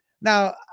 now